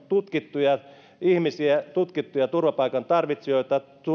tutkittuja ihmisiä tutkittuja turvapaikan tarvitsijoita